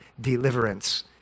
deliverance